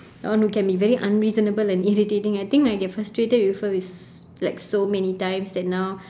one look at me very unreasonable and irritating I think I get frustrated with her with s~ like so many times and now